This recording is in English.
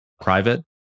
private